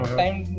time